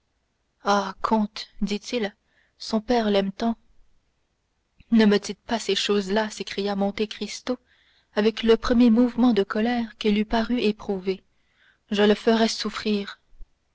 comte dit-il son père l'aime tant ne me dites pas ces choses-là s'écria monte cristo avec le premier mouvement de colère qu'il eût paru éprouver je le ferais souffrir